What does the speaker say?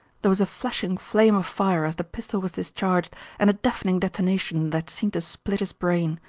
there was a flashing flame of fire as the pistol was discharged and a deafening detonation that seemed to split his brain.